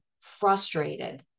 frustrated